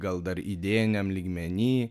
gal dar idėjiniam lygmeny